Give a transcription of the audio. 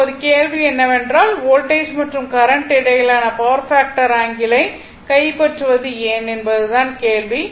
இப்போது கேள்வி என்னவென்றால் வோல்டேஜ் மற்றும் கரண்ட் இடையிலான பவர் பாக்டர் ஆங்கிளை கைப்பற்றுவது ஏன் என்பதுதான் கேள்வி